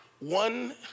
One